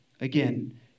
again